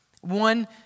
One